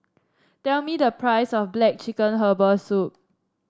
tell me the price of black chicken Herbal Soup